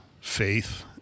faith